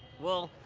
well,